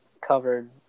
covered